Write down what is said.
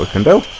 and